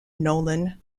nolan